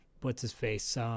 What's-his-face